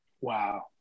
Wow